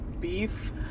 beef